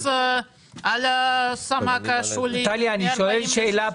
גם אופציית --- מס על סמ"ק השולי --- אני שואל שאלה פרקטית.